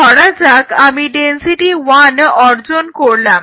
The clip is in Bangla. ধরা যাক আমি ডেনসিটি 1 অর্জন করলাম